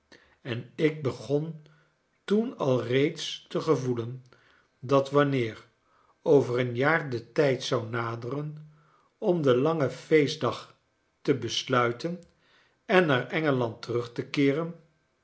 en ik begon toen alreeds te gevoelen dat wanneer over een jaar de tijd zou naderen om den langen feestdag te besluiten en naar enge land terug te keeren